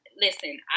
listen